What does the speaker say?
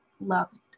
loved